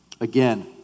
Again